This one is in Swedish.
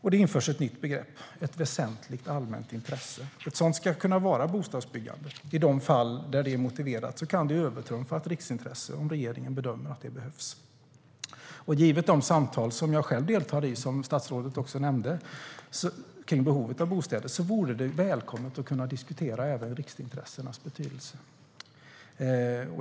Det införs ett nytt begrepp: väsentligt allmänt intresse. Ett sådant ska kunna vara bostadsbyggandet, och i de fall där det är motiverat kan det övertrumfa ett riksintresse, om regeringen bedömer att det behövs. Vid de samtal om behovet av bostäder som statsrådet nämnde och som jag själv deltar i vore det välkommet att kunna diskutera även riksintressenas betydelse.